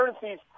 currencies